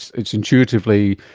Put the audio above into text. it's intuitively,